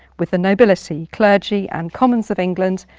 with the nobility, clergy and commons of england,